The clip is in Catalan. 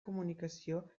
comunicació